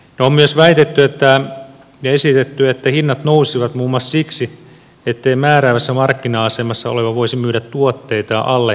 on myös väitetty ja esitetty että hinnat nousisivat muun muassa siksi ettei määräävässä markkina asemassa oleva voisi myydä tuotteitaan alle ostohintojen